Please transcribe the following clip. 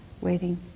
waiting